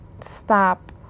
stop